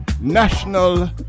National